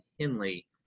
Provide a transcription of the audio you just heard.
Henley